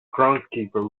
groundskeeper